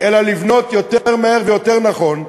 אלא לבנות יותר מהר ויותר נכון,